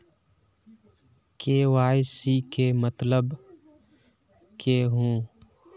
KYC के मतलब केहू?